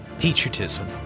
Patriotism